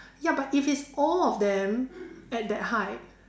ya but if it's all of them at that height